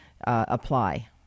apply